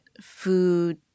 food